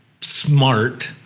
smart